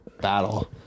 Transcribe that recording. battle